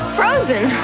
frozen